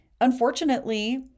unfortunately